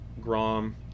Grom